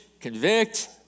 convict